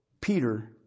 Peter